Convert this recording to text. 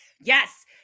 Yes